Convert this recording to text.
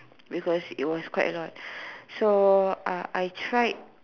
because it was quite a lot so uh I tried